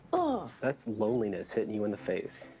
ah that's loneliness hitting you in the face.